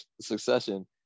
Succession